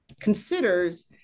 considers